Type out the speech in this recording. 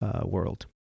world